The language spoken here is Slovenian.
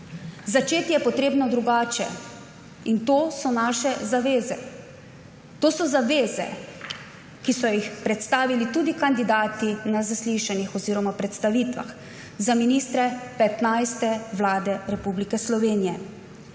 Začeti je potrebno drugače in to so naše zaveze. To so zaveze, ki so jih predstavili tudi kandidati na zaslišanjih oziroma predstavitvah za ministre 15. vlade Republike Slovenije.